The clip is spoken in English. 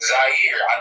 Zaire